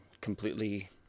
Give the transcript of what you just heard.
completely